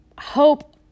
hope